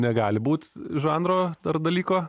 negali būt žanro ar dalyko